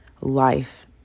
Life